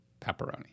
pepperoni